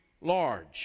large